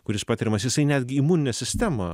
kuris patiriamas jisai netgi imuninę sistemą